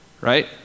right